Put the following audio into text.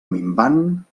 minvant